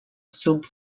sub